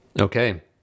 Okay